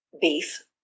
beef